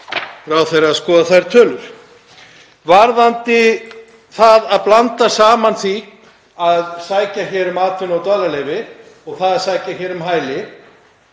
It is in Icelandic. ráðherra að skoða þær tölur. Varðandi það að blanda saman því að sækja um atvinnu- og dvalarleyfi og sækja um hæli,